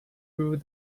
through